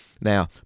Now